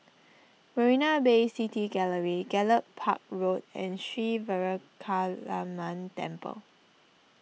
Marina Bay City Gallery Gallop Park Road and Sri Veeramakaliamman Temple